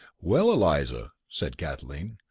well, eliza, said kathleen,